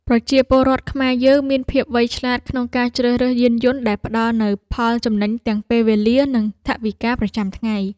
ប្រជាពលរដ្ឋខ្មែរយើងមានភាពវៃឆ្លាតក្នុងការជ្រើសរើសយានយន្តដែលផ្តល់នូវផលចំណេញទាំងពេលវេលានិងថវិកាប្រចាំថ្ងៃ។